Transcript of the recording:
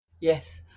Yes